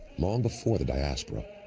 long before the diaspora,